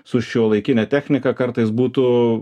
su šiuolaikine technika kartais būtų